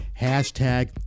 Hashtag